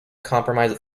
compromise